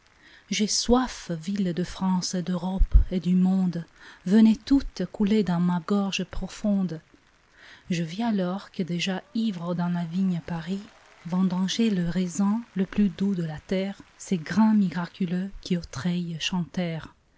j'ai soif villes de france et d'europe et du monde venez toutes couler dans ma gorge profonde je vis alors que déjà ivre dans la vigne paris vendangeait le raisin le plus doux de la terre ces grains miraculeux qui